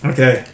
Okay